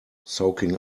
soaking